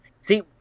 See